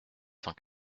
cent